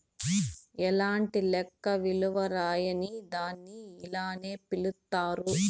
ఎలాంటి లెక్క విలువ రాయని దాన్ని ఇలానే పిలుత్తారు